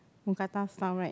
Mookata style right